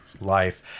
life